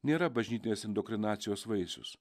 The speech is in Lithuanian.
nėra bažnytinės indoktrinacijos vaisius